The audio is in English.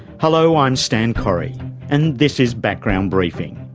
hello, i'm stan correy and this is background briefing.